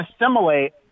assimilate